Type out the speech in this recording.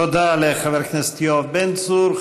תודה לחבר הכנסת יואב בן צור.